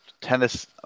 Tennis